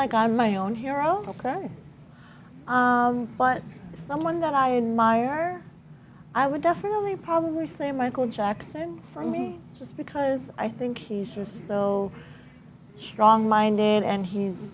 like i'm my own hero ok but someone that i in my or i would definitely probably say michael jackson for me just because i think he's just so strong minded and he's